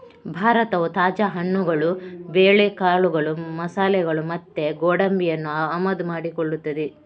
ಭಾರತವು ತಾಜಾ ಹಣ್ಣುಗಳು, ಬೇಳೆಕಾಳುಗಳು, ಮಸಾಲೆಗಳು ಮತ್ತೆ ಗೋಡಂಬಿಯನ್ನ ಆಮದು ಮಾಡಿಕೊಳ್ತದೆ